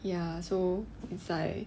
ya so is like